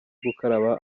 gukaraba